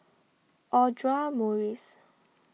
Audra Morrice